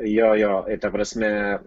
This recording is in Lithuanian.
jo jo ta prasme